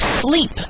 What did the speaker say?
sleep